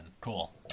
Cool